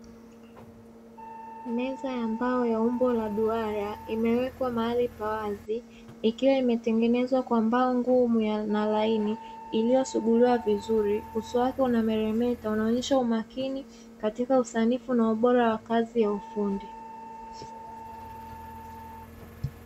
Meza ya mbao ya umbo la duara imewekwa mahali pa wazi, ikiwa imetengenezwa kwa mbao ngumu na laini iliyosuguliwa vizuri, uso wake unameremeta, unaonyesha umakini katika usanifu na ubora wa kazi ya ufundi.